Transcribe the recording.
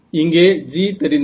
இங்கே G தெரிந்தது